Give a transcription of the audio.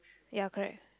ya correct